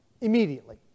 immediately